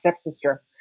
stepsister